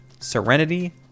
serenity